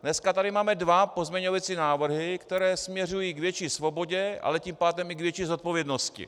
Dneska tady máme dva pozměňovací návrhy, které směřují k větší svobodě, ale tím pádem i k větší zodpovědnosti.